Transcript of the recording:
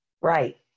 Right